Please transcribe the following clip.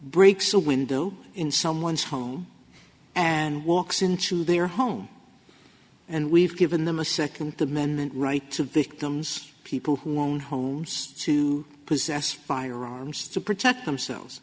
breaks a window in someone's home and walks into their home and we've given them a second amendment right to victims people who own homes to possess firearms to protect themselves